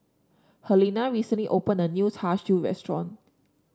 Helena recently opened a new Char Siu restaurant